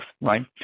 right